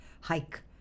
hike